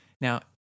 now